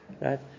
Right